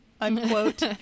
unquote